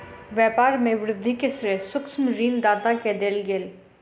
व्यापार में वृद्धि के श्रेय सूक्ष्म ऋण दाता के देल गेल